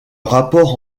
rapport